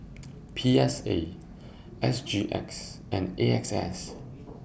P S A S G X and A X S